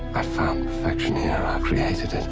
i've found perfection here. i've created it.